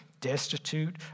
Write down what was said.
destitute